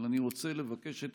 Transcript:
אבל אני רוצה לבקש את